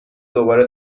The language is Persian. دوباره